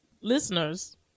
listeners